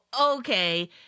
Okay